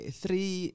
three